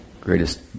greatest